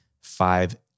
five